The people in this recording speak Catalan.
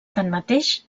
tanmateix